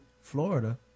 Florida